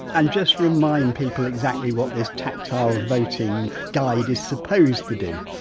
and just remind people exactly what this tactile voting guide is supposed to do.